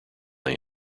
they